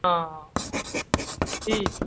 हँ हँ ठीक छै